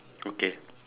okay